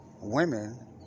Women